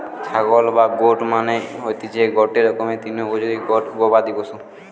ছাগল বা গোট মানে হতিসে গটে রকমের তৃণভোজী গবাদি পশু